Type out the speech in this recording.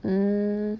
mm